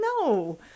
no